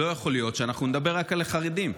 לא יכול להיות שאנחנו נדבר רק על החרדים.